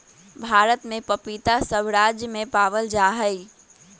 भारत में पपीता सब राज्य में पावल जा हई